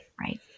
Right